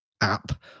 app